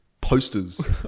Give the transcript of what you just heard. posters